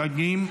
חגים),